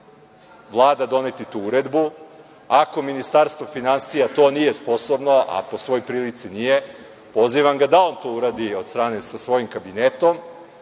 Vlada doneti tu uredbu? Ako Ministarstvo finansija nije sposobno, a po svoj prilici nije, pozivam ga da on to uradi sa svojim kabinetom,